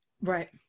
right